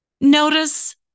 Notice